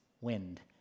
wind